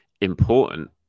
important